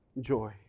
joy